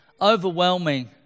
overwhelming